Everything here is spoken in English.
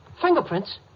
Fingerprints